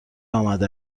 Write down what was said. آمده